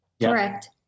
Correct